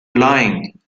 lying